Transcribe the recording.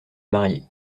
marier